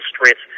strength